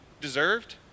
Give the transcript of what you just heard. deserved